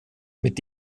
mit